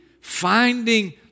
finding